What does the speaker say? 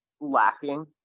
lacking